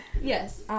Yes